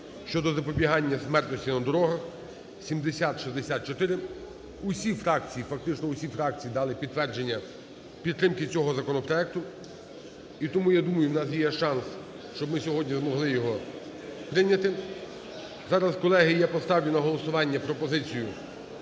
щодо запобігання смертності на дорогах (7064). Усі фракції, фактично усі фракції дали підтвердження підтримки цього законопроекту. І тому, я думаю, у нас є шанс, щоб ми сьогодні змогли його прийняти. Зараз, колеги, я поставлю на голосування пропозицію,